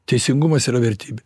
teisingumas yra vertybė